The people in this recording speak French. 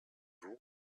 vous